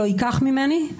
לא ייקח ממני.